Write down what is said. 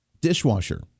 dishwasher